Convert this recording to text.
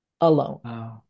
alone